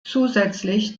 zusätzlich